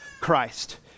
Christ